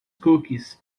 cookies